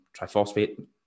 triphosphate